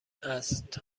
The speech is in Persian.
است